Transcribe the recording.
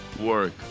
work